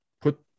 put